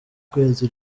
ukwezi